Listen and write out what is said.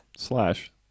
Slash